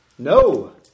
No